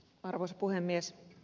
arvoisa puhemies